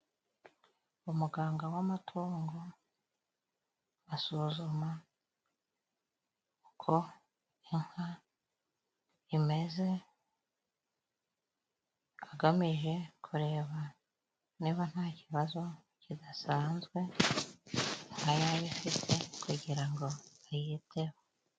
Umuganga w'amatungo, asuzuma uko inka imeze agamije kureba niba nta kibazo kidasanzwe yaba ifite, kugira ngo ayiteho.